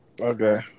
Okay